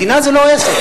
מדינה זה לא עסק.